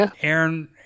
Aaron